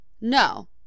No